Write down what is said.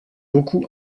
beaucoup